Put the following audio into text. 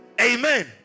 Amen